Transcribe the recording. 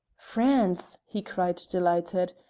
france! he cried, delighted.